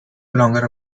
longer